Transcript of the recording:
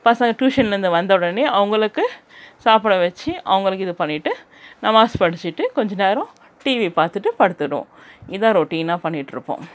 பசங்கள் ட்யூஷன்லருந்து வந்த உடனே அவங்களுக்கு சாப்பிட வெச்சு அவங்களுக்கு இது பண்ணிவிட்டு நமாஸ் படித்திட்டு கொஞ்சம் நேரம் டிவி பார்த்துட்டு படுத்திடுவோம் இதுதான் ரொட்டீனாக பண்ணிகிட்ருப்போம்